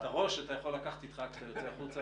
את הראש אתה יכול לקחת איתך כשאתה יוצא החוצה,